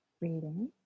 reading